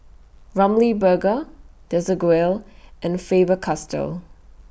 Ramly Burger Desigual and Faber Castell